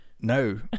No